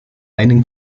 einen